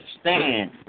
stand